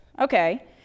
okay